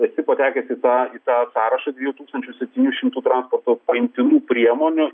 esi patekęs į tą į tą sąrašą dviejų tūkstančių septynių šimtų transporto paimtinų priemonių